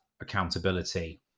accountability